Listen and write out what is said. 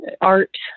art